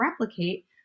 replicate